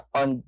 on